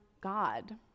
God